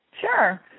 Sure